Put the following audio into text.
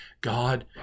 God